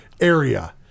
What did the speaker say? Area